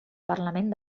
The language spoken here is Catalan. parlament